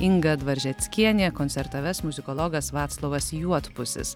inga dvaržeckienė koncertą ves muzikologas vaclovas juodpusis